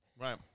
Right